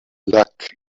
luck